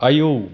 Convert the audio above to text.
आयौ